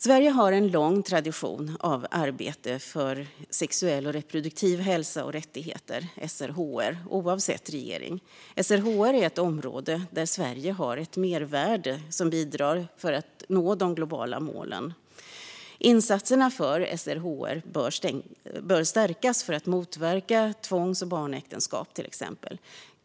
Sverige har en lång tradition av arbete för sexuell och reproduktiv hälsa och rättigheter, SRHR, oavsett regering. SRHR är ett område där Sverige har ett mervärde som bidrar till att nå de globala målen. Insatserna för SRHR bör stärkas för att motverka till exempel tvångs och barnäktenskap.